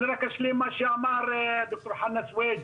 אני רק אשלים מה שאמר ד"ר חנא סוויד.